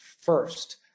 first